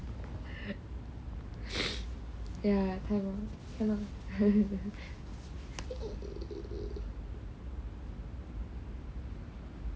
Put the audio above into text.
ya problem you know